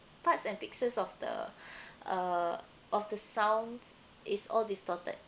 parts and pieces of the uh of the sounds is all distorted